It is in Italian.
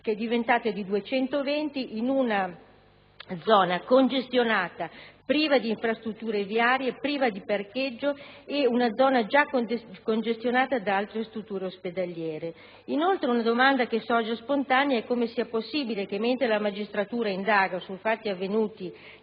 che è diventata di 220 in una zona congestionata, priva di infrastrutture viarie, priva di parcheggio e già congestionata da altre strutture ospedaliere. Inoltre, una domanda che sorge spontanea è come sia possibile che, mentre la magistratura indaga su fatti avvenuti